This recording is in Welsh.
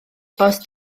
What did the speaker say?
bost